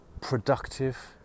productive